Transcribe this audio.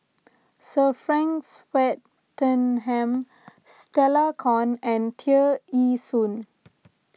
Sir Frank Swettenham Stella Kon and Tear Ee Soon